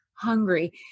hungry